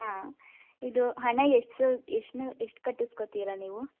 ಹಾಂ ಇದು ಹಣ ಎಷ್ಟ್ ಎಷ್ಟ್ ಎಷ್ಟು ಕಟ್ಟಿಸ್ಕೊತೀರ ನೀವು